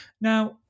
Now